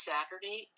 Saturday